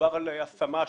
יש לנו מספר חוסים,